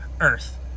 earth